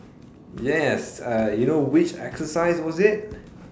yes uh you know which exercise was it